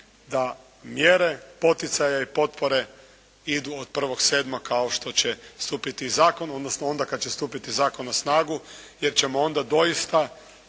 da mjere poticaja i potpore idu od 1.7. kao što će stupiti zakon, odnosno onda kad će stupiti zakon na snagu jer ćemo onda doista